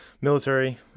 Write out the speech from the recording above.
military